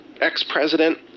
ex-president